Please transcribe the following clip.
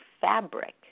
fabric